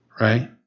Right